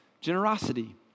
generosity